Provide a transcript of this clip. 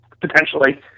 potentially